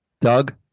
doug